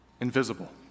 Invisible